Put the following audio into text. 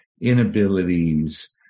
inabilities